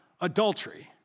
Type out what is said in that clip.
adultery